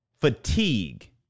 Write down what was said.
fatigue